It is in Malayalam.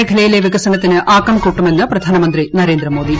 മേഖലയിലെ വികസനത്തിന് ആക്കം കൂട്ടുമെന്ന് പ്രധാമന്ത്രി നരേന്ദ്രമോദി